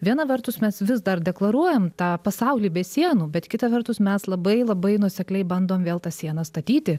viena vertus mes vis dar deklaruojam tą pasaulį be sienų bet kita vertus mes labai labai nuosekliai bandom vėl tas sienas statyti